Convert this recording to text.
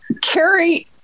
Carrie